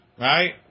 right